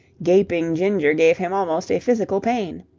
gaping ginger gave him almost a physical pain.